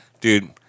Dude